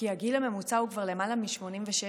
כי הגיל הממוצע הוא כבר למעלה מ-86,